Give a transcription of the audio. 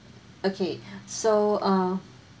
okay so uh